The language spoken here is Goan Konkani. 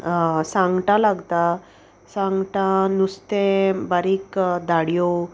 सांगटा लागता सांगटा नुस्तें बारीक धाडयो